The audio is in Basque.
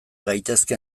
gaitezke